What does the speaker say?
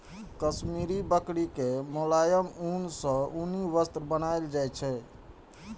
काश्मीरी बकरी के मोलायम ऊन सं उनी वस्त्र बनाएल जाइ छै